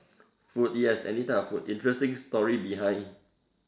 food yes any type of food yes interesting story behind